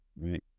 Right